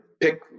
pick